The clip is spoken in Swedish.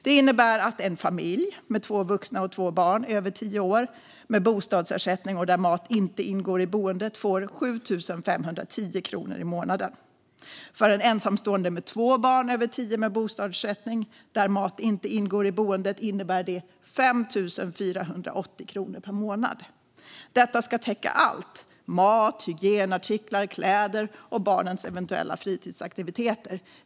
Det innebär att en familj på två vuxna och två barn över tio år med bostadsersättning och där mat inte ingår i boendet får 7 510 kronor i månaden. För en ensamstående med två barn över tio med bostadsersättning där mat inte ingår i boendet innebär det 5 480 kronor per månad. Detta ska täcka allt - mat, hygienartiklar, kläder och barnens eventuella fritidsaktiviteter.